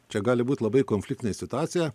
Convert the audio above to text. čia gali būt labai konfliktinė situacija